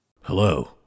Hello